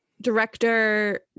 director